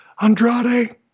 Andrade